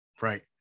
Right